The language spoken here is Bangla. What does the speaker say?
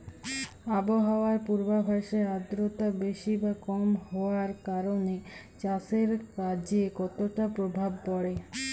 আবহাওয়ার পূর্বাভাসে আর্দ্রতা বেশি বা কম হওয়ার কারণে চাষের কাজে কতটা প্রভাব পড়ে?